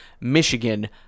Michigan